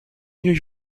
new